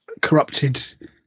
Corrupted